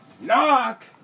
Knock